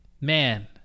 man